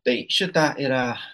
tai šitą yra